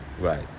right